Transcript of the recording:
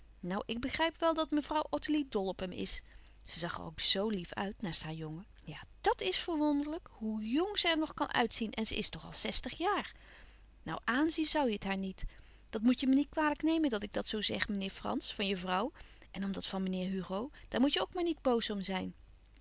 nou ik begrijp wel dat mevrouw ottilie dol op hem is ze zag er ook z lief uit naast haar jongen ja dàt is verwonderlijk hoe jng ze er nog kan uitzien en ze is toch al zestig jaar nou aanzien zoû je het haar niet dat moet je me niet kwalijk nemen dat ik dat zoo zeg meneer frans van je vrouw en om dat van meneer hugo daar moet je ook maar niet boos om zijn